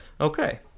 Okay